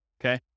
Okay